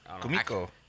Kumiko